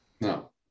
no